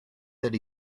that